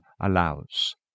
allows